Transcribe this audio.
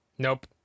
Nope